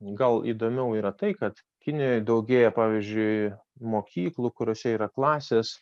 gal įdomiau yra tai kad kinijoje daugėja pavyzdžiui mokyklų kuriose yra klasės